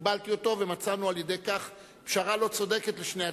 קיבלתי את זה ומצאנו על-ידי כך פשרה לא צודקת לשני הצדדים.